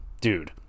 dude